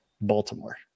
Baltimore